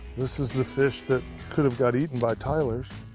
this is the fish that could have got eaten by tyler's.